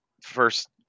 first